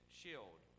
shield